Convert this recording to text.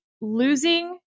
losing